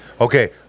Okay